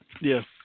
Yes